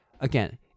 Again